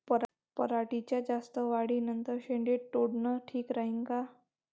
पराटीच्या जास्त वाढी नंतर शेंडे तोडनं ठीक राहीन का?